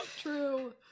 true